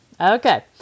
Okay